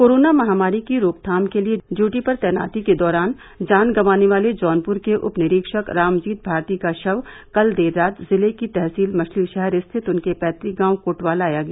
corona महामारी की रोकथाम के लिए ड्यूटी पर तैनाती के दौरान जान गंवाने वाले जौनपुर के उपनिरीक्षक रामजीत भारती का शव कल देर रात जिले की तहसील मछलीशहर रिथत उनके पैतुक गांव कोटवा लाया गया